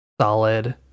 solid